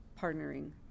partnering